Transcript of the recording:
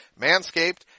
Manscaped